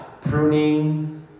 Pruning